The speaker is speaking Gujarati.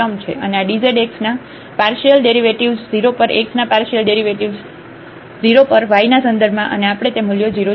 અને આ dz x ના પાર્શિયલ ડેરિવેટિવ્ઝ 0 પર x ના પાર્શિયલ ડેરિવેટિવ્ઝ 0 પર y ના સંદર્ભમાં અને આપણે તે મૂલ્યો 0 જોયા છે